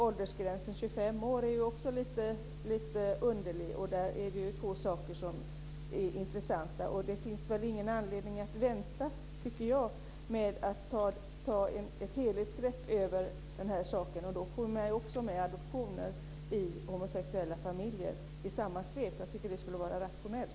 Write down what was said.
Åldersgränsen 25 år är också lite underlig. Det är två saker som är intressanta. Det finns väl ingen anledning att vänta med att ta ett helhetsgrepp över frågan, och då får man också med adoptioner i homosexuella familjer i samma svep. Jag tycker att det skulle vara rationellt.